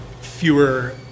fewer